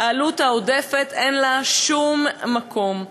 לעלות העודפת אין שום מקום.